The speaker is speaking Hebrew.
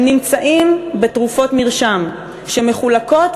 הם נמצאים בתרופות מרשם שמחולקות,